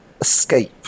escape